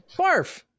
barf